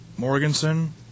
Morganson